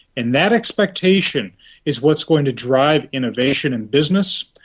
and that expectation is what's going to drive innovation in business,